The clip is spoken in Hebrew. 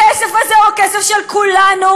הכסף הזה הוא כסף של כולנו,